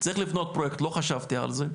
צריך לבנות פרויקט, לא חשבתי על זה,